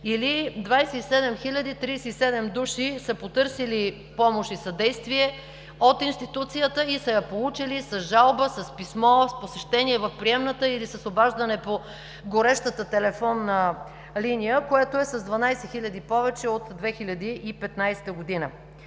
Или 27 037 души са потърсили помощ и съдействие от институцията, и са я получили, с жалба, с писмо, с посещение в приемната или с обаждане по горещата телефонна линия, което е с 12 000 повече от 2015 г.